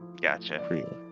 Gotcha